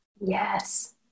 Yes